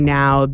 now